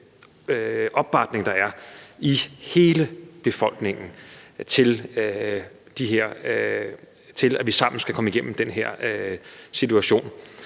opbakning, der er i hele befolkningen, til, at vi sammen kan komme igennem den her situation.